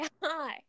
Hi